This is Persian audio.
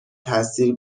تاثیر